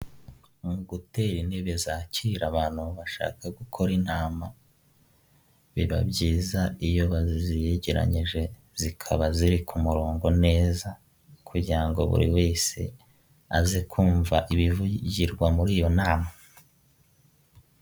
Utubati twiza dushyashya bari gusiga amarangi ukaba wadukoresha ubikamo ibintu yaba imyenda, ndetse n'imitako.